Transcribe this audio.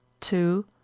Two